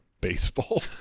baseball